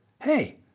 hey